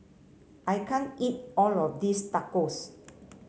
I can't eat all of this Tacos